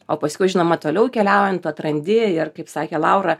o paskui žinoma toliau keliaujant atrandi ir kaip sakė laura